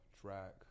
track